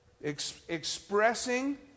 Expressing